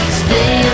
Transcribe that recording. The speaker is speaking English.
stay